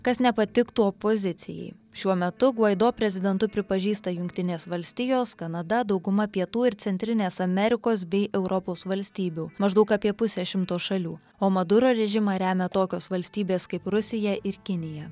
kas nepatiktų opozicijai šiuo metu gvaido prezidentu pripažįsta jungtinės valstijos kanada dauguma pietų ir centrinės amerikos bei europos valstybių maždaug apie pusę šimto šalių o maduro režimą remia tokios valstybės kaip rusija ir kinija